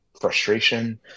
frustration